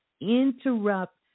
Interrupt